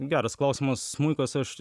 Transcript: geras klausimas smuikas aš